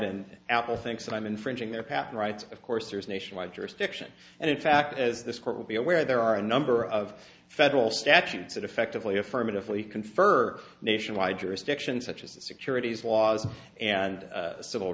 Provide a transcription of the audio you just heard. and apple thinks i'm infringing their patent rights of course there's a nationwide jurisdiction and in fact as this court will be aware there are a number of federal statutes that effectively affirmatively confer nationwide jurisdiction such as the securities laws and civil